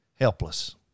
helpless